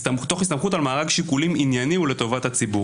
תוך הסתמכות על מארג שיקולים ענייני ולטובת הציבור.